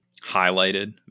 highlighted